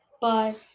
Bye